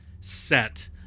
set